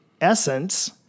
essence